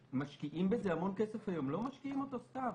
משקיעים בזה הרבה כסף היום, לא משקיעים אותו סתם.